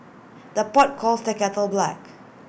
the pot calls the kettle black